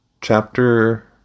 Chapter